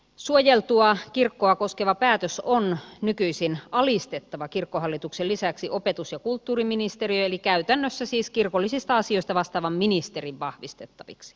suojeltua kirkkoa koskeva päätös on nykyisin alistettava kirkkohallituksen lisäksi opetus ja kulttuuriministeriöön eli käytännössä siis kirkollisista asioista vastaavan ministerin vahvistettaviksi